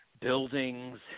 buildings